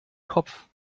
kopf